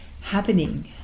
happening